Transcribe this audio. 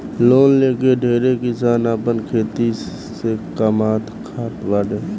loan लेके ढेरे किसान आपन खेती से कामात खात बाड़े